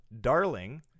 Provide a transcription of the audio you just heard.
Darling